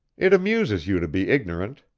it amuses you to be ignorant,